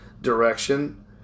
direction